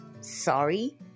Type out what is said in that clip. sorry